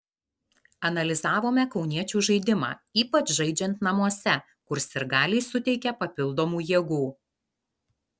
analizavome kauniečių žaidimą ypač žaidžiant namuose kur sirgaliai suteikia papildomų jėgų